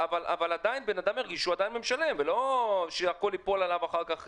אבל עדיין הוא ירגיש שהוא עדיין משלם ולא שהכל ייפול עליו אחר כך,